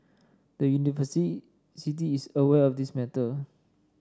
the is aware of this matter